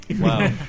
Wow